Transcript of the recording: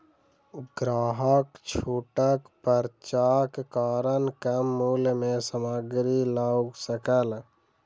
ग्राहक छूटक पर्चाक कारण कम मूल्य में सामग्री लअ सकल